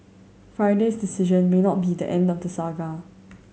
Friday's decision may not be the end of the saga